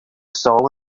solid